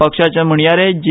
पक्षाचे म्हणयारे जी